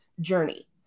journey